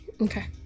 Okay